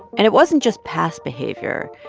and it wasn't just past behavior.